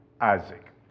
Isaac